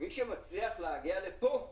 מי שמצליח להגיע לכאן,